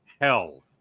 hell